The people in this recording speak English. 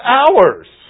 hours